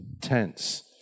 tense